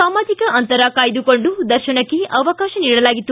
ಸಾಮಾಜಿಕ ಅಂತರ ಕಾಯ್ದುಕೊಂಡು ದರ್ಶನಕ್ಕೆ ಅವಕಾಶ ನೀಡಿಲಾಗಿತ್ತು